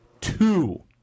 Two